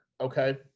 okay